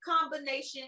combination